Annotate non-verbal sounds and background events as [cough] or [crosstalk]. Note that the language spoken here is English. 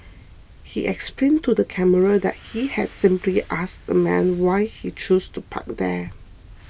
he explained to the camera [noise] that he had simply asked the man why he chose to park there